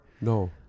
No